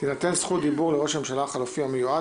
3.תינתן זכות דיבור לראש הממשלה החלופי המיועד,